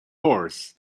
horse